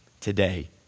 today